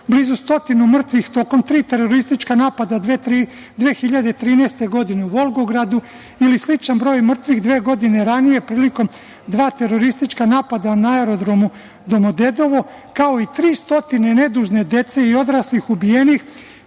blizu stotinu mrtvih tokom tri teroristička napada 2013. godine u Volvogradu ili sličan broj mrtvih dve godine ranije prilikom dva teroristička napada na aerodromu Domodedovo, kao i 300 nedužne dece i odraslih ubijenih